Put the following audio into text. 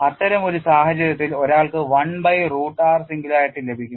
അത്തരമൊരു സാഹചര്യത്തിൽ ഒരാൾക്ക് 1 ബൈ റൂട്ട് r സിംഗുലാരിറ്റി ലഭിക്കും